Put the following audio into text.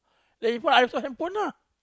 that if what I also have a handphone ah